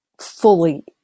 fully